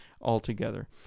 altogether